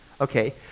Okay